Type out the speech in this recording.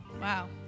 Wow